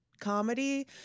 comedy